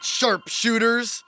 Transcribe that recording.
sharpshooters